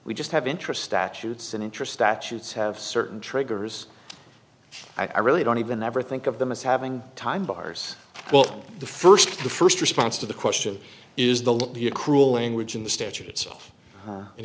we just have interest statutes and interest statutes have certain triggers i really don't even ever think of them as having time buyers well the first the first response to the question is the look the cruel language in the statute itself